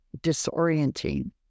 disorienting